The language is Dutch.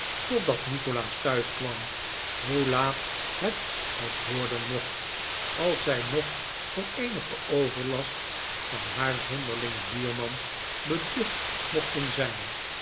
totdat nikolaas thuis kwam hoe laat het ook worden mocht als zij nog voor eenigen overlast van haar zonderlingen buurman beducht mochten zijn